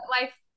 Life